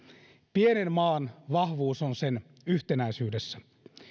pienen maan vahvuus on sen yhtenäisyydessä